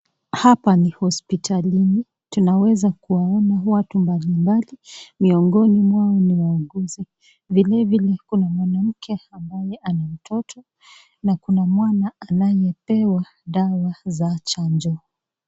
Hapa ni hospitalini tuwezakuwaona watu mbalimbali miongoni mwao ni wauguzivile vile kuna mwanamke ambaye ana mtoto na Kuna mwana anayepewa dawa za chanjo.